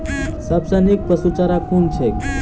सबसँ नीक पशुचारा कुन छैक?